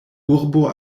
urbo